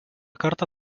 kartą